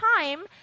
time